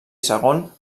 segon